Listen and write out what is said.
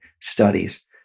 studies